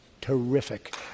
Terrific